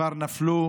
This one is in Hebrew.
כבר נפלו